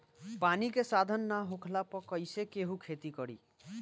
पानी के साधन ना होखला पर कईसे केहू खेती करी